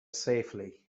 safely